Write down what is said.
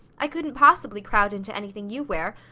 i couldn't possibly crowd into anything you wear,